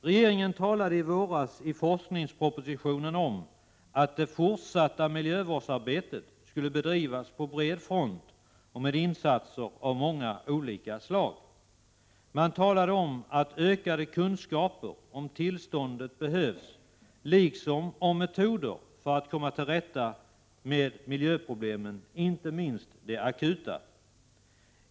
Regeringen talade i våras i forskningspropositionen om att det fortsatta miljövårdsarbetet skulle bedrivas på bred front med insatser av många olika slag. Man talade om att ökade kunskaper om tillståndet behövs liksom om metoder för att komma till rätta med miljöproblemen — inte minst de akuta.